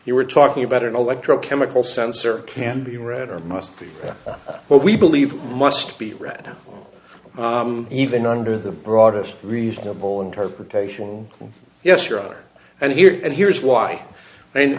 you were talking about an electro chemical sensor can be read or must be what we believe must be read even under the broadest reasonable interpretation yes your honor and here and here is why